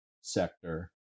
sector